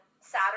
Saturday